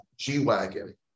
g-wagon